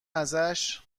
ازش